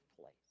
place